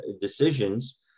decisions